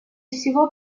всего